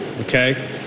okay